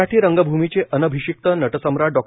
मराठी रंगभूमीचे अनभिषिक्त नटसम्राट डॉ